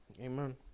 Amen